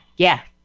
yeah,